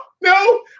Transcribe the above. no